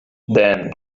then